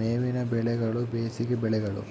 ಮೇವಿನ ಬೆಳೆಗಳು ಬೇಸಿಗೆ ಬೆಳೆಗಳು